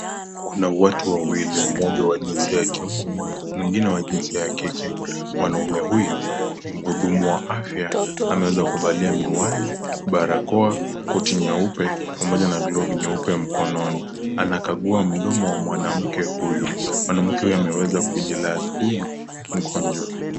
Kuna watu wawili , mmoja wa jinsia ya kiume mwingine wa jinsia ya kike. Mwanaume huyu ni mhudumu wa afya ameweza kuvalia miwani , barakoa , koti nyeupe pamoja na glovu nyeupe mkononi, anakagua mdomo wa mwanamke huyu , mwanamke huyu ameweza kujilaza huyu ni mgonjwa.